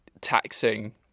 taxing